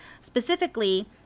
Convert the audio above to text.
Specifically